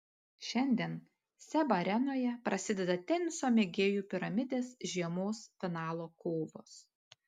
šiandien seb arenoje prasideda teniso mėgėjų piramidės žiemos finalo kovos